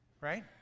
right